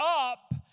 up